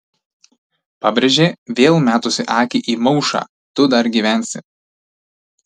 pabrėžė vėl metusi akį į maušą tu dar gyvensi